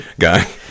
guy